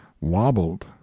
wobbled